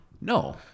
No